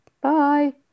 Bye